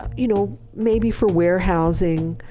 you know, maybe for warehousing